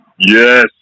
Yes